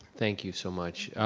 thank you so much.